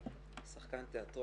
אני מדבר